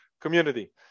community